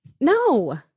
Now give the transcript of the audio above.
No